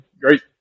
great